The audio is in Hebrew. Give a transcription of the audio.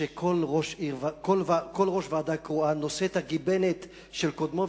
וכל ראש ועדה קרואה נושא את הגיבנת של קודמו,